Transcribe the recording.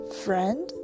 friend